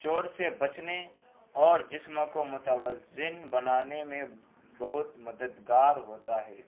چوٹ سے بچنے اور جسم کو متوازن بنانے میں بہت مددگار ہوتا ہے